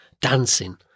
dancing